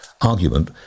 argument